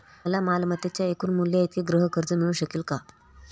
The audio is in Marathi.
मला मालमत्तेच्या एकूण मूल्याइतके गृहकर्ज मिळू शकेल का?